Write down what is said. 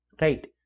right